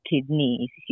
kidney